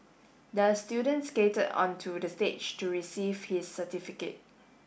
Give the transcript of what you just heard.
the student skated onto the stage to receive his certificate